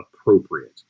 appropriate